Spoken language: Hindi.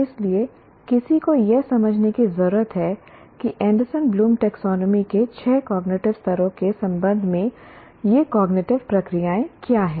इसलिए किसी को यह समझने की जरूरत है कि एंडरसन ब्लूम टैक्सोनॉमी के छह कॉग्निटिव स्तरों के संबंध में ये कॉग्निटिव प्रक्रियाएं क्या हैं